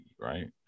right